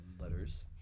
letters